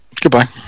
Goodbye